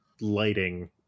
lighting